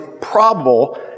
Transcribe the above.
probable